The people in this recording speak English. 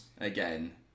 Again